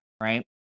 right